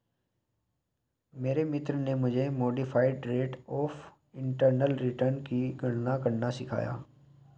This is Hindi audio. मेरे मित्र ने मुझे modified rate of internal return की गणना करना सिखाया